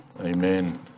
Amen